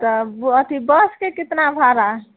तब अथी बसके कितना भाड़ा